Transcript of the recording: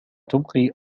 تبقي